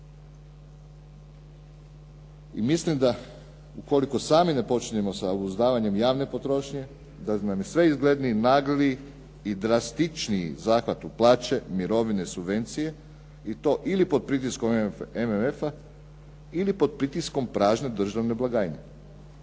I mislim da ukoliko sami ne počinjemo sa uzdavanjem javne potrošnje da nam je sve izgledniji nagli i drastičniji zahvat u plaće, mirovine, subvencije i to ili pod pritiskom MMF-a ili pod pritiskom prazne državne blagajne.